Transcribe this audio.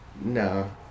No